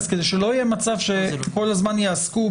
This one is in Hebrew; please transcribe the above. כדי שלא יהיה מצב שכל הזמן יעסקו